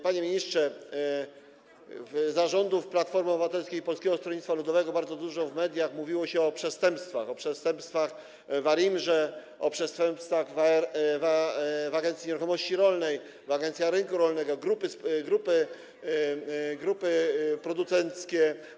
Panie ministrze, za rządów Platformy Obywatelskiej i Polskiego Stronnictwa Ludowego bardzo dużo w mediach mówiło się o przestępstwach - o przestępstwach w ARiMR, o przestępstwach w Agencji Nieruchomości Rolnych, w Agencji Rynku Rolnego, jeśli chodzi o grupy producenckie.